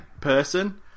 person